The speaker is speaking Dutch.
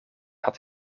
had